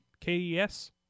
Kes